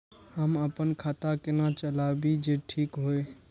हम अपन खाता केना चलाबी जे ठीक होय?